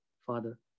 Father